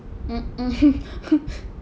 mm mm